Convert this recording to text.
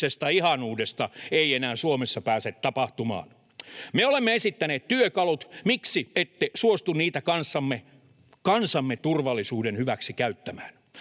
ihanuudesta ei enää Suomessa pääse tapahtumaan. Me olemme esittäneet työkalut. Miksi ette suostu niitä kansamme turvallisuuden hyväksi käyttämään?